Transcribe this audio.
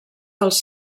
dels